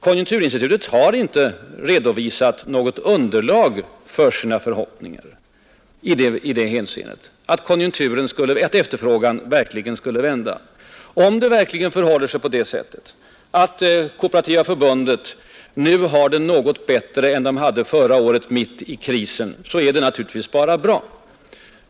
Konjunkturinstitutet har inte redovisat något underlag för sina förhoppningar om att efterfrågan nu verkligen vänt. Om det verkligen förhåller sig på det sättet att Kooperativa förbundet nu har en något bättre omsättning än i våras mitt under avtalsrörelsen är det naturligtvis bara bra.